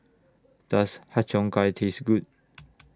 Does Har Cheong Gai Taste Good